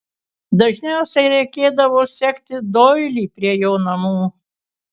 dažniausiai reikėdavo sekti doilį prie jo namų